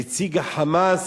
נציג ה"חמאס"